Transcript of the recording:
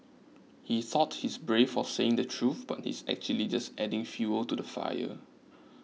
he thought he's brave for saying the truth but he's actually just adding fuel to the fire